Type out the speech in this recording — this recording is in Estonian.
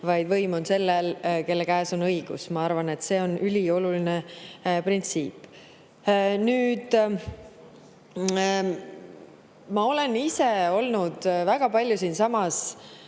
vaid võim on sellel, kelle käes on õigus. Ma arvan, et see on ülioluline printsiip. Ma olen ise olnud väga palju siinsamas